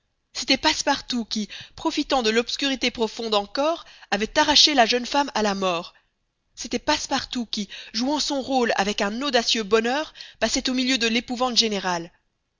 c'était passepartout qui profitant de l'obscurité profonde encore avait arraché la jeune femme à la mort c'était passepartout qui jouant son rôle avec un audacieux bonheur passait au milieu de l'épouvante générale